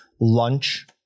lunch